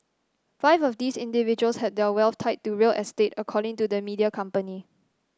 five of these individuals had their wealth tied to real estate according to the media company